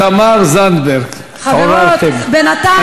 ותמר זנדברג, התעוררתן.